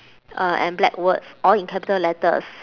uh and black words all in capital letters